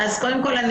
קודם כל,